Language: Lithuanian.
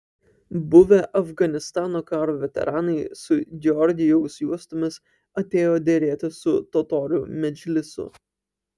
buvę afganistano karo veteranai su georgijaus juostomis atėjo derėtis su totorių medžlisu